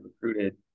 recruited